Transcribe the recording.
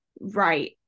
right